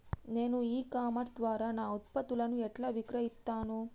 నేను e commerce ద్వారా నా ఉత్పత్తులను ఎట్లా విక్రయిత్తను?